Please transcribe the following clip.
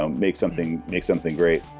um make something make something great.